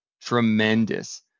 tremendous